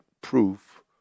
proof